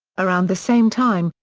around the same time,